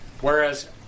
whereas